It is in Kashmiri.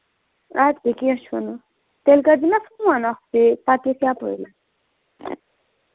اَدٕ کیٚنٛہہ چھُنہٕ تیٚلہِ کٔرۍ زیٚو مےٚ فون اَکھ پی پَتہٕ گژھِ یَپٲرۍ